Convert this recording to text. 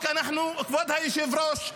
כבוד היושב-ראש,